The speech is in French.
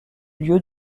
lieu